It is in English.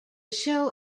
show